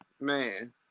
Man